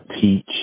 teach